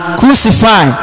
crucify